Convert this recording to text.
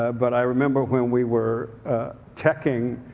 ah but i remember when we were teching